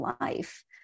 life